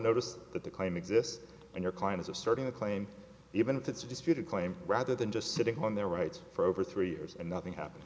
notice that the claim exists and your client is asserting a claim even if it's a disputed claim rather than just sitting on their rights for over three years and nothing happened